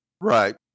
Right